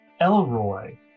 Elroy